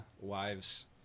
wives